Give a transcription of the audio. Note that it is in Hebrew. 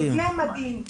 מדהים.